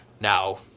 Now